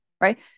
right